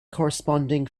corresponding